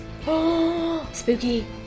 Spooky